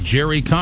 Jerry